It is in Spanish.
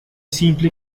simple